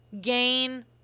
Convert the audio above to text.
gain